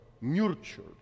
nurtured